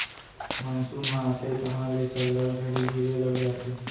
monsoon ह आथे तहॉं ले सल्लग झड़ी गिरे लग जाथे